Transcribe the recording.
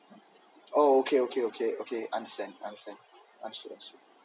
oh okay okay okay okay understand understand understood understood